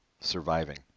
Surviving